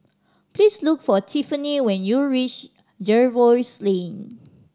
please look for Tiffanie when you reach Jervois Lane